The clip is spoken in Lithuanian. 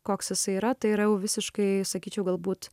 koks jisai yra tai yra jau visiškai sakyčiau galbūt